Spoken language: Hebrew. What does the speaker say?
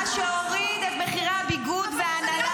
-- מה שהוריד את מחירי הביגוד וההנעלה